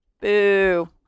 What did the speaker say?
Boo